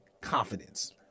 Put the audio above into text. confidence